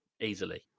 easily